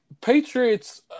Patriots